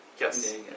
Yes